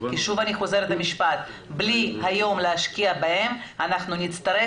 שוב אני חוזרת במשפט: בלי להשקיע היום בהם אנחנו נצטרך